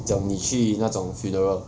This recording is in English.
讲你去那种 funeral